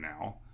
now